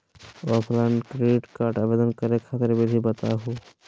Offline credit card आवेदन करे खातिर विधि बताही हो?